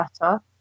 better